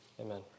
Amen